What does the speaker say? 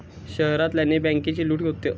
शहरांतल्यानी बॅन्केची लूट होता